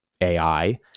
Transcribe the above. AI